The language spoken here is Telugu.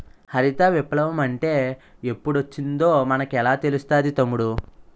హరిత విప్లవ మంటే ఎప్పుడొచ్చిందో మనకెలా తెలుస్తాది తమ్ముడూ?